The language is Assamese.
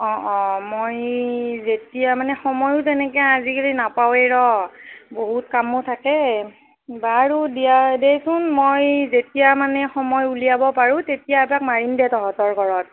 অঁ অঁ মই যেতিয়া মানে সময়ো তেনেকৈ আজিকালি নাপাওঁৱেই ৰ' বহুত কামো থাকে বাৰু দিয়া দেচোন মই যেতিয়া মানে সময় উলিয়াব পাৰোঁ তেতিয়া এপাক মাৰিম দে তহঁতৰ ঘৰত